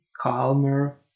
calmer